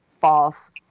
false